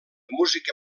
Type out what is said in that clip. música